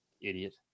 idiot